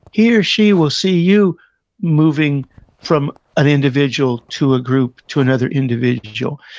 he or she will see you moving from an individual to a group, to another individual.